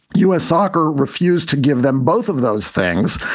u s. soccer refused to give them both of those things.